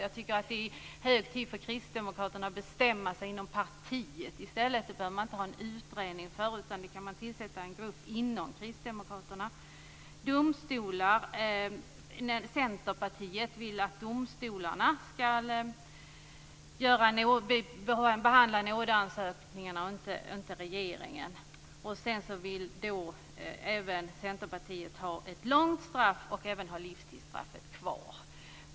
Jag tycker att det är hög tid för kristdemokraterna att bestämma sig inom partiet i stället. Det behöver man inte ha någon utredning för, utan man kan tillsätta en grupp inom Kristdemokraterna. Centerpartiet vill att domstolarna ska behandla nådeansökningarna och inte regeringen. Centerpartiet vill också ha ett långt straff och även ha livstidsstraffet kvar.